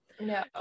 no